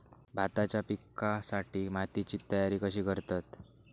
भाताच्या पिकासाठी मातीची तयारी कशी करतत?